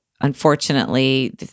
unfortunately